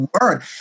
word